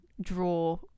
draw